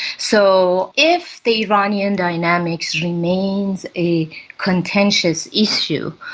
so if the iranian dynamics remains a contentious issue,